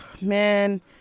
man